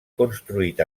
construït